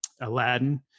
Aladdin